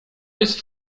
jest